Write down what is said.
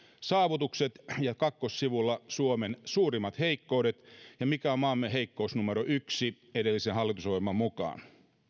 saavutukset ja kakkossivulla suomen suurimmat heikkoudet ja mikä on maamme heikkous numero yksi edellisen hallitusohjelman mukaan